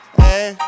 hey